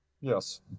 Yes